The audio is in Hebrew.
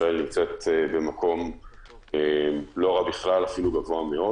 ישראל נמצאת במקום לא רע בכלל, אפילו גבוה מאוד.